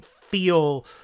feel